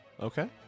Okay